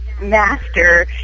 master